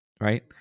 right